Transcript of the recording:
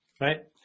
right